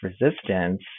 resistance